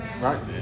Right